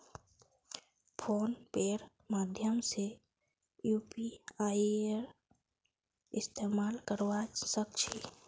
phone पेर माध्यम से यूपीआईर इस्तेमाल करवा सक छी